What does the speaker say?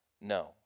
No